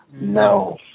No